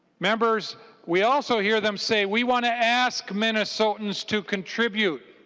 members we also hear them say we want to ask minnesotans to contribute.